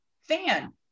fan